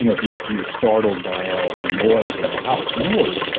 you know if you're you're startled by ah a noise in the house, no.